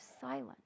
silent